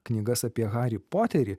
knygas apie harį poterį